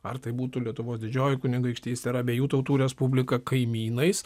ar tai būtų lietuvos didžioji kunigaikštystė ar abiejų tautų respublika kaimynais